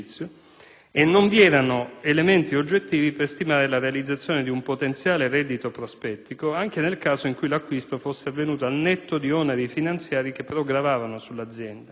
e non vi erano elementi oggettivi per stimare la realizzazione di un potenziale reddito prospettico, anche nel caso in cui l'acquisto fosse avvenuto al netto di oneri finanziari, che però gravavano sull'azienda.